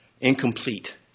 incomplete